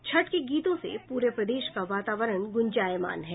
छठ के गीतों से पूरे प्रदेश का वातावरण गुंजायमान है